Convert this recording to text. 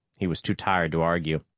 he was too tired to argue.